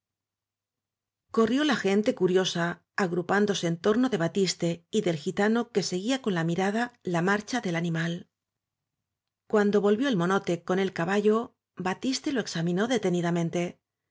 corrió la gente curiosa agrupándose en torno de ba tiste y del gitano que seguían con la mirada la marcha del animal cuando volvió el monote el con caballo batiste lo examinó detenidamente